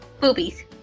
Boobies